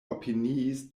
opiniis